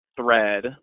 thread